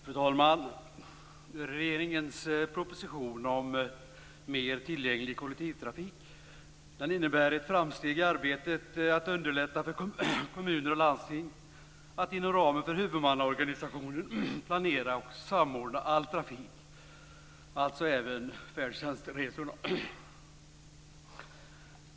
Fru talman! Regeringens proposition om mer tillgänglig kollektivtrafik innebär ett framsteg i arbetet att underlätta för kommuner och landsting att inom ramen för huvudmannaorganisationen planera och samordna all trafik, alltså även färdtjänstresorna.